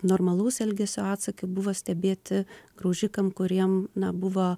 normalaus elgesio atsakai buvo stebėti graužikam kuriem na buvo